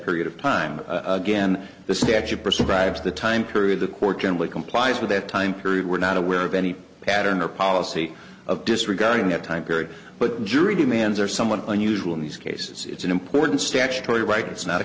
period of time again the statute pursued bribes the time crew the court generally complies with that time period we're not aware of any pattern or policy of disregarding the time period but jury demands are somewhat unusual in these cases it's an important statutory right it's not a